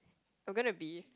I'm gonna be